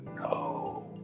no